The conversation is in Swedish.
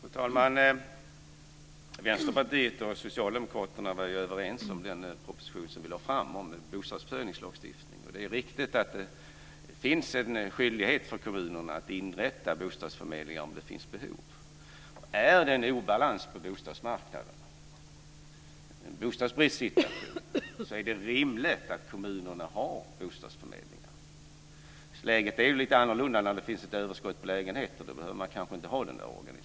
Fru talman! Vänsterpartiet och Socialdemokraterna var överens om den proposition som vi lade fram om bostadsförsörjningslagstiftningen. Det är riktigt att kommunerna har en skyldighet att inrätta bostadsförmedlingar om det finns behov av sådana. Om det är en bostadsbristsituation är det rimligt att kommunerna har bostadsförmedlingar. Läget är lite annorlunda när det finns ett överskott på lägenheter. Då behöver man kanske inte ha ett sådant organ.